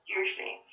usually